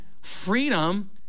Freedom